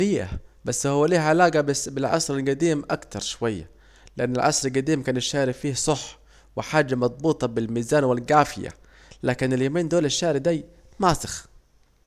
إيوه، بس هو له علاجة بالعصر القديم أكتر شوية، لأنه العصر القديم كان الشعر فيه صح وحاجة مضبوطة بالميزان والقافية، لكن اليومين دول الشعر دي ماسخ